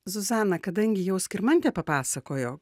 zuzana kadangi jau skirmantė papasakojo